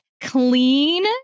Clean